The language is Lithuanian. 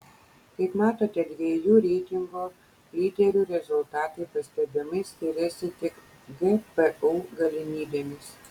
kaip matote dviejų reitingo lyderių rezultatai pastebimai skiriasi tik gpu galimybėmis